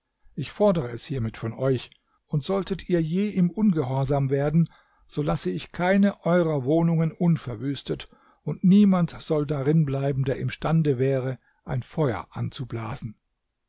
ich fordere es hiermit von euch und solltet ihr je ihm ungehorsam werden so lasse ich keine eurer wohnungen unverwüstet und niemand soll darin bleiben der imstande wäre ein feuer